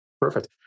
Perfect